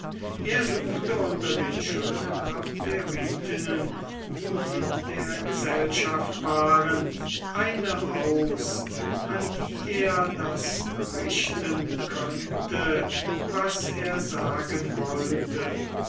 er suchte unter den schönen abderitinnen die in der gesellschaft waren eine aus an die er das richten könnte was er sagen wollte